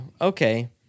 okay